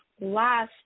last